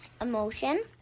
emotion